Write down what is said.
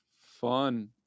fun